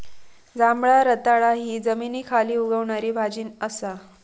जांभळा रताळा हि जमनीखाली उगवणारी भाजी असा